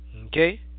Okay